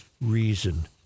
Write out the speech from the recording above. reason